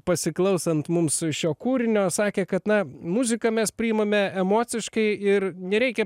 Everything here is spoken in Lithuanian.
pasiklausant mums šio kūrinio sakė kad na muziką mes priimame emociškai ir nereikia